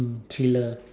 thriller